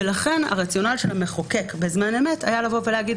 ולכן הרציונל של המחוקק בזמן אמת היה לבוא ולומר,